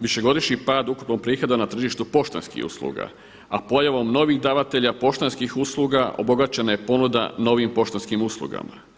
višegodišnji pad ukupnog prihoda na tržištu poštanskih usluga, a pojavom novih davatelja poštanskih usluga obogaćena je ponuda novim poštanskim uslugama.